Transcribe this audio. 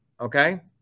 okay